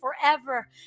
forever